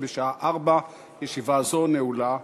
בשעה 16:00. ישיבה זו נעולה.